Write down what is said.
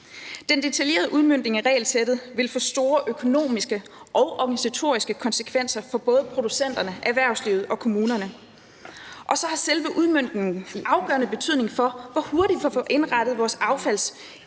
Den detaljerede udmøntning af regelsættet vil få store økonomiske og organisatoriske konsekvenser for både producenterne, erhvervslivet og kommunerne. Og så har selve udmøntningen afgørende betydning for, hvor hurtigt vi får indrettet vores affaldssystem,